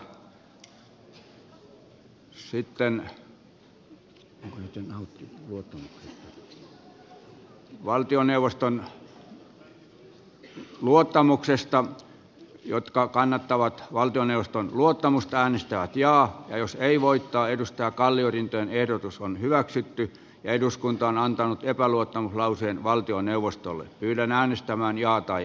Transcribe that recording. ensin äänestetään pirkko mattilan ehdotuksesta antti rantakankaan ehdotusta vastaan sitten voittaneesta risto kalliorinteen ehdotus on hyväksytty eduskunta on antanut epäluottamuslauseen valtioneuvostolle yhden ehdotusta vastaan ja